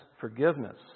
forgiveness